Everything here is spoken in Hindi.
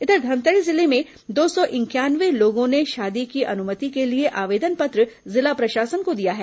इधर धमतरी जिले में दो सौ इंक्यावने लोगों ने शादी की अनुमति के लिए आवेदन पत्र जिला प्रशासन को दिया है